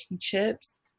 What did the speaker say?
chips